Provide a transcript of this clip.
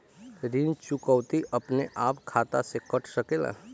ऋण चुकौती अपने आप खाता से कट सकेला?